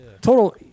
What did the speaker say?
Total